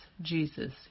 Jesus